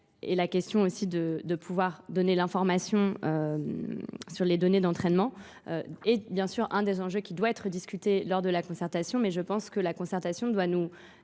Et la question aussi de pouvoir donner l'information sur les données d'entraînement est bien sûr un des enjeux qui doit être discuté lors de la concertation mais je pense que la concertation doit nous